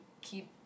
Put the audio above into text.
keep